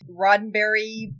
Roddenberry